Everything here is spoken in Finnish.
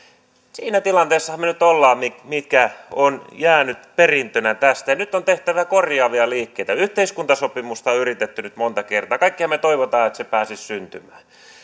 siinä tilanteessahan me nyt olemme mikä on jäänyt perintönä tästä ja nyt on tehtävä korjaavia liikkeitä yhteiskuntasopimusta on yritetty nyt monta kertaa kaikkihan me toivomme että se pääsisi syntymään